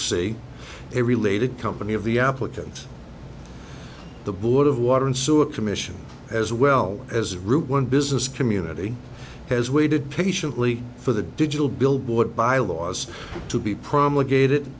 c a related company of the applicant the board of water and sewer commission as well as route one business community has waited patiently for the digital billboard bylaws to be promulgated